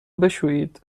بشویید